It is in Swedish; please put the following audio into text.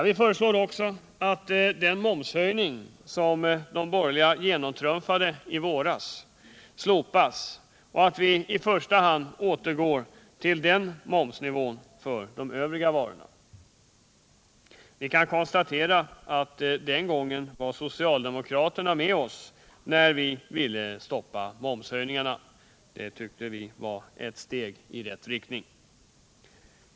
Vi föreslår också att den momshöjning som de borgerliga genomtrumfade i våras slopas och att vi i första hand återgår till den förra momsnivån för de övriga varorna. Vi kan konstatera att socialdemokraterna den gången var med oss när vi ville stoppa momshöjningarna. Det tyckte vi var ett steg i rätt riktning.